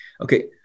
Okay